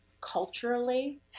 culturally